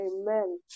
Amen